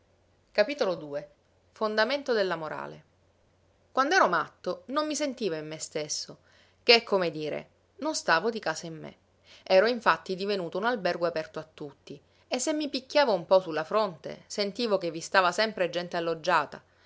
quand'ero matto invece quand'ero matto non mi sentivo in me stesso che è come dire non stavo di casa in me ero infatti divenuto un albergo aperto a tutti e se mi picchiavo un po sulla fronte sentivo che vi stava sempre gente alloggiata